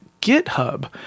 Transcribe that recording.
GitHub